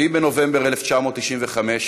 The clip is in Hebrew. ב-4 בנובמבר 1995,